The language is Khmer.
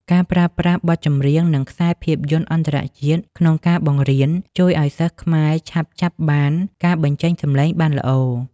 ការប្រើប្រាស់បទចម្រៀង និងខ្សែភាពយន្តអន្តរជាតិក្នុងការបង្រៀន ជួយឱ្យសិស្សខ្មែរឆាប់ចាប់បានការបញ្ចេញសំឡេងបានល្អ។